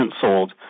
sold